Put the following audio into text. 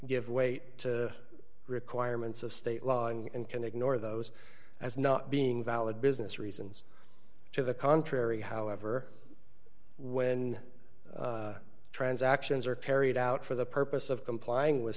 give weight to requirements of state law and can ignore those as not being valid business reasons to the contrary however when transactions are carried out for the purpose of complying with